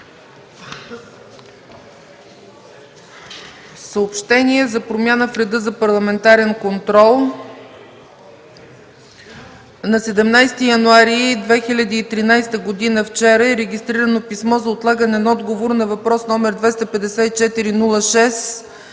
Съобщение за промяна в реда за парламентарен контрол: На 17 януари 2013 г., вчера, е регистрирано писмо за отлагане на отговор на въпрос № 254-06-1476